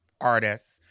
artists